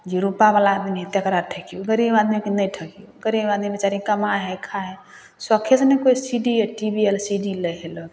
जे रुपावला आदमी हइ तकरा ठकिऔ गरीब आदमीके नहि ठकिऔ गरीब आदमी बेचारे कमाइ हइ खाइ हइ सौखे से ने कोइ C D TV L C D लै हइ ने लोक